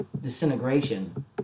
Disintegration